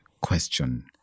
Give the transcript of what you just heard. question